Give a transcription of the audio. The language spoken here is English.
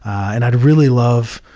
and i'd really love